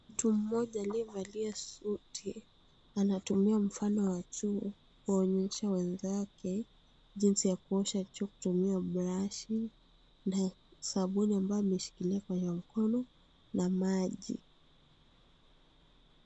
Mtu mmoja aliyevalia suti anatumia mfano wa choo kuonyesha wenzake jinsi ya kuosha choo kutumia brashi, sabuni ambayo ameshikilia kwa mkono na maji.